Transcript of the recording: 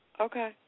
Okay